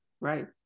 right